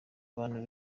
abantu